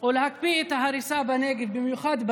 או להקפיא את ההריסה בנגב,